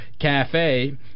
Cafe